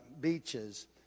beaches